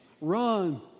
run